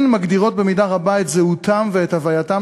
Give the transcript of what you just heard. מגדירות במידה רבה את זהותם ואת הווייתם